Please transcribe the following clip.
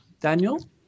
Daniel